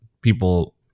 people